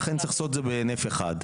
ולכן, צריך לעשות את זה בהינף אחד.